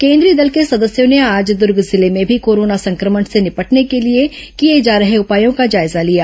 केंद्रीय दल के सदस्यों ने आज दूर्ग जिले में भी कोरोना संक्रमण से निपटने के लिए किए जा रहे उपायों का जायजा लिया